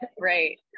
right